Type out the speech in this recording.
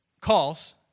calls